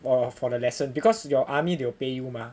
or for the lesson because your army they will pay you mah